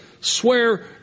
swear